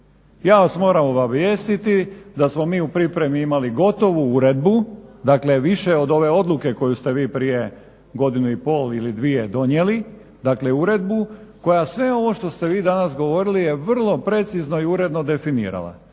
Ja vas moram obavijestiti da smo mi u pripremi imali gotovu uredbu, dakle više od ove odluke koju ste vi prije godinu i pol ili dvije donijeli, dakle uredbu koja sve ovo što ste vi danas govorili je vrlo precizno i uredno definirala.